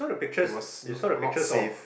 it was not safe